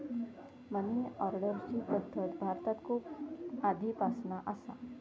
मनी ऑर्डरची पद्धत भारतात खूप आधीपासना असा